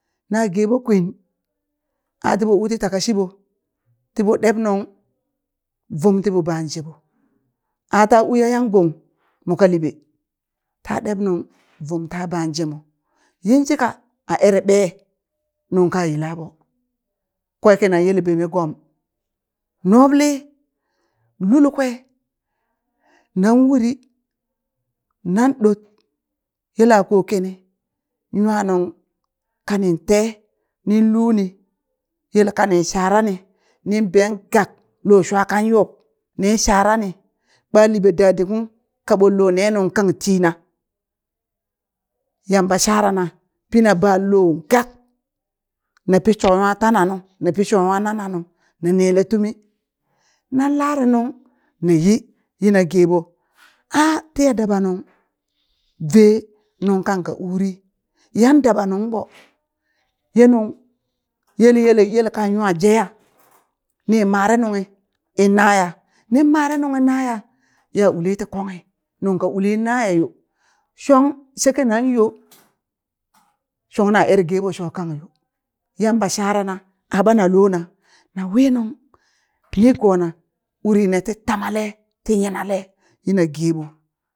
Na geɓo kwin a tiɓo u ti taka shiɓo tiɓo ɗeb nung vum tiɓo ban jeɓo ata u yayang gong moka liɓe ta ɗeb nung vum ta ban jemo yinshika a ere ɓe non ka yila ɓo kwe kinan yele beme gom nobli, lulkwe nan uri nan ɗot yela ko kini nwa nung kani te nin luni yel kani sharani nin ɓen gak lo shwa kan yib nin shara ni ɓa liɓe dadi kung kaɓon lo ne nung kang tina Yamma sharana pina ɓan lo gak na pi sho wa tana nu na pi sho wa nana nu na nele tumi nan lare nung nayi yina geɓo a tiya daɓa nung ve nung kang ka uri yan daɓa nungɓo ye nung yel yele yele kan nwa jeya ni mare nunghi in naya nin mare nunghi naya ya uli ti konghi nung ka uli naya yo shong shekenan yo shong na ere geɓo yamba shara na aɓana lona na wi nung pi nigona ne ti tamale ti nyinale yina geɓo.